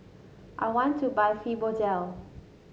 I want to buy Fibogel